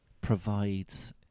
provides